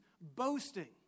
boasting